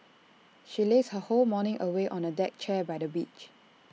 she lazed her whole morning away on A deck chair by the beach